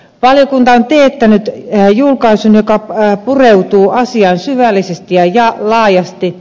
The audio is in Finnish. valiokunta on teettänyt julkaisun joka pureutuu asiaan syvällisesti ja laajasti